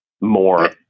more